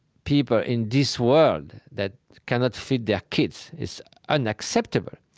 people in this world that cannot feed their kids. it's unacceptable.